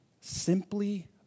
Simply